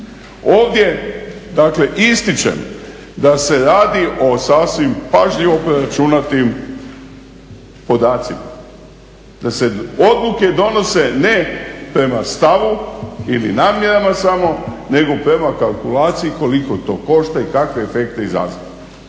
Ovdje dakle ističem da se radi o sasvim pažljivo preračunatim podacima. Da se odluke donose ne prema stavu ili namjerama samo nego prema kalkulaciji koliko to košta i kakve efekte izaziva.